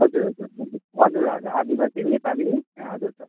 हजुर हजुर हजुर हजुर ह आदिवासी नेपाली हजुर दा